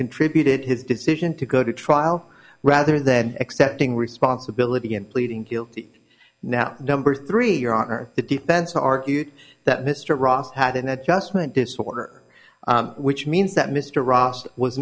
contributed his decision to go to trial rather than accepting responsibility and pleading guilty now number three your honor the defense argued that mr ross had an adjustment disorder which means that mr ross was